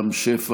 הכנסת,